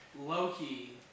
Loki